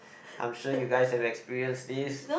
I'm sure you guys have experienced this